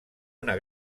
una